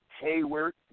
Hayward